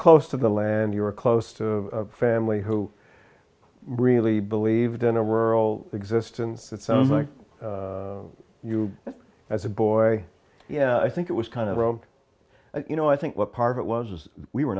close to the land you were close to a family who really believed in a rural existence that sounds like you as a boy yeah i think it was kind of rote you know i think what part of it was was we were